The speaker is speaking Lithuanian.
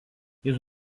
jis